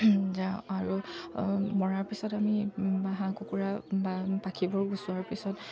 আৰু মৰাৰ পিছত আমি বা হাঁহ কুকুৰা বা পাখিবোৰ গুচোৱাৰ পিছত